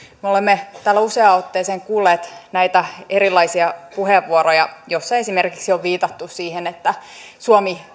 me olemme täällä useaan otteeseen kuulleet näitä erilaisia puheenvuoroja joissa esimerkiksi on viitattu siihen että suomi